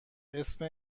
اسم